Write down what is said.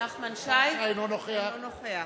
נחמן שי, אינו נוכח